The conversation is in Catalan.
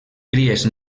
cries